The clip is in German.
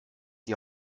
die